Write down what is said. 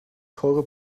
teure